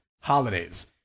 holidays